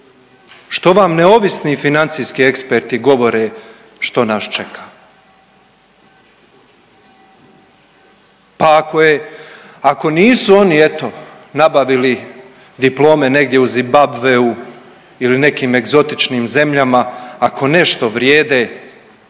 što vam neovisni financijski eksperti govore što nas čeka? Pa ako je, pa ako nisu oni eto nabavili diplome negdje u Zimbabveu ili nekim egzotičnim zemljama, ako nešto vrijede,